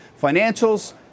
Financials